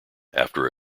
after